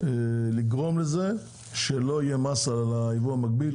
לגרום לזה שלא יהיה מס על היבוא המקביל,